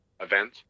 event